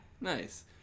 Nice